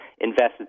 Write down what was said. invested